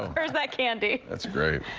or is that candy? that's great.